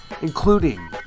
including